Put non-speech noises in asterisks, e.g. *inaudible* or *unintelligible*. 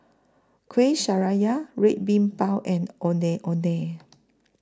Kuih *unintelligible* Red Bean Bao and Ondeh Ondeh